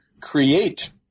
create